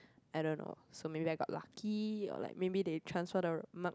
I don't know so maybe I got lucky or like maybe they transfer the mark